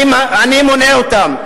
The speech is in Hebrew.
אני מונה אותם: